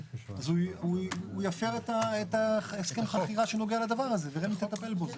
אז הוא יפר את הסכם החכירה שנוגע לדבר הזה ורמ"י תטפל בו.